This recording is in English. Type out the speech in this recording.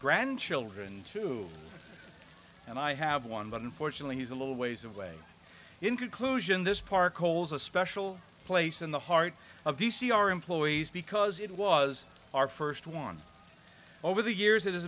grandchildren too and i have one but unfortunately he's a little ways away in conclusion this park holds a special place in the heart of d c our employees because it was our st one over the years it